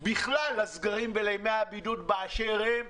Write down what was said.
בכלל לסגרים ולימי הבידוד באשר הם.